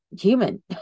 human